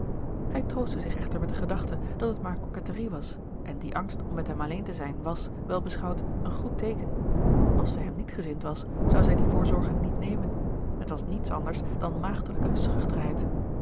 hij troostte zich echter met de gedachte dat het maar coquetterie was en die angst om met hem alleen te zijn was wel beschouwd een goed teeken als zij hem niet gezind was zou zij die voorzorgen niet nemen het was niets anders dan